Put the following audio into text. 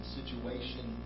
situation